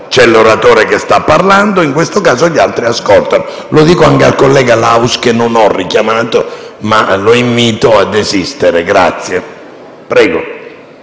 c'è l'oratore sta parlando e, in questo caso, gli altri ascoltano. Lo dico anche al collega Laus, che non ho richiamato, ma lo invito a desistere. BOSSI Simone